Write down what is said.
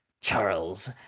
charles